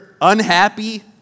unhappy